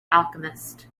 alchemist